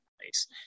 place